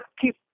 keep